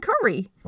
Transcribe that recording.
curry